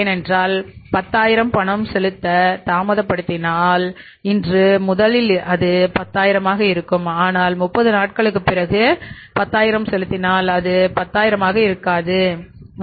ஏனென்றால்10000 பணம் செலுத்த தாமதப்படுத்தினால்இன்று முதலில் அது 10000 ஆக இருக்கும் ஆனால்30 நாட்களுக்குப் பிறகு 10000செலுத்தினால் அது 10000 ஆக இருக்காது